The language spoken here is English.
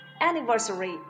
Anniversary